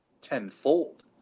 tenfold